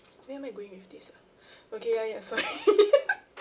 where am I going with this ah okay ya ya sorry